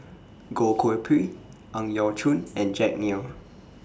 Goh Koh Pui Ang Yau Choon and Jack Neo